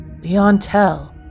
Leontel